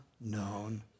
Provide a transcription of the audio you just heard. known